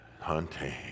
hunting